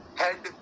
head